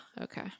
Okay